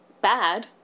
bad